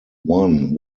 one